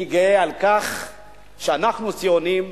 אני גאה על כך שאנחנו ציונים.